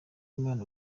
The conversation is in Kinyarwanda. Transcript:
imana